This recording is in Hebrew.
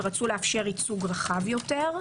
ורצו לאפשר ייצוג רחב יותר,